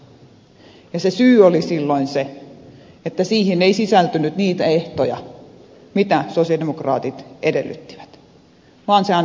se syy oli silloin se että siihen ei sisältynyt niitä ehtoja mitä sosialidemokraatit edellyttivät vaan se annettiin ehdoitta